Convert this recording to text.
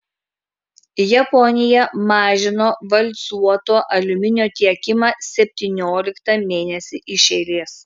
japonija mažino valcuoto aliuminio tiekimą septynioliktą mėnesį iš eilės